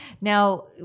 now